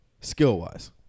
Skill-wise